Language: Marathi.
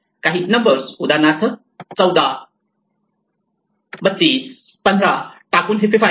काही नंबर्स उदाहरणार्थ 14 32 15 टाकून हिप्पीफाय करा